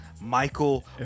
Michael